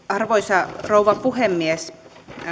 arvoisa rouva puhemies